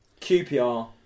QPR